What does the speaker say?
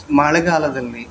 ಮಳೆಗಾಲದಲ್ಲಿ